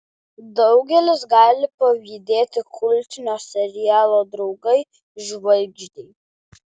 daugelis gali pavydėti kultinio serialo draugai žvaigždei